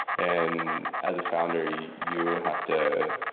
and as a founder, you you have to